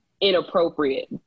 inappropriate